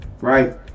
right